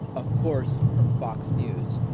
of course, from fox news.